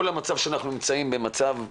כל המצב שאנחנו נמצאים בו הוא מצב מבולבל,